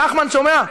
נחמן, שומע?